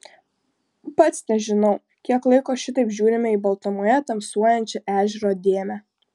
pats nežinau kiek laiko šitaip žiūrime į baltumoje tamsuojančią ežero dėmę